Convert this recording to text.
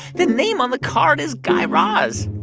the name on the card is guy raz